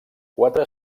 quatre